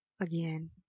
again